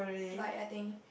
flight I think